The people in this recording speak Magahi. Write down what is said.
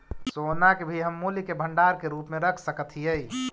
सोना के भी हम मूल्य के भंडार के रूप में रख सकत हियई